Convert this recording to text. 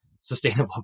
sustainable